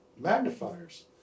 magnifiers